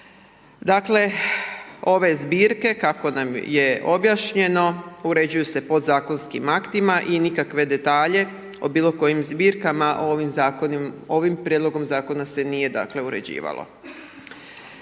Dakle ove zbirke kako nam je objašnjeno uređuju se podzakonskim aktima i nikakve detalje o bilo kojim zbirkama ovim prijedlogom zakona se nije dakle uređivalo.